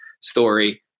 story